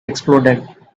exploded